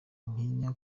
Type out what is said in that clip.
ntinya